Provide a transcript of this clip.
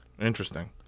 Interesting